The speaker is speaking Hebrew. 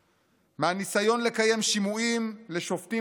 מהניסיון לקיים שימועים לשופטים בכנסת,